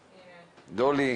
דולי.